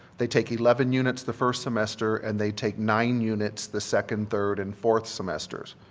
they take eleven units the first semester and they take nine units the second, third, and fourth semesters.